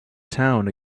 town